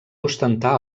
ostentar